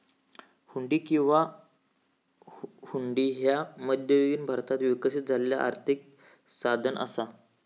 हुंडी किंवा हुंडी ह्या मध्ययुगीन भारतात विकसित झालेला आर्थिक साधन असा